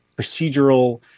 procedural